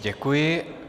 Děkuji.